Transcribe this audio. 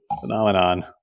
Phenomenon